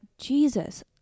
Jesus